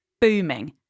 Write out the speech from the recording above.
booming